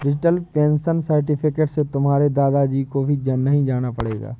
digital pension certificate से तुम्हारे दादा जी को भी जाना नहीं पड़ेगा